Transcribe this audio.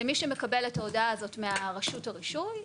למי שמקבל את ההודעה הזאת מרשות הרישוי,